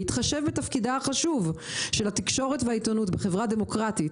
בהתחשב בתפקידה החשוב של התקשורת והעיתונות בחברה דמוקרטית